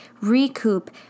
recoup